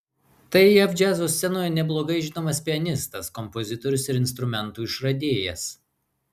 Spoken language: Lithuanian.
tai jav džiazo scenoje neblogai žinomas pianistas kompozitorius ir instrumentų išradėjas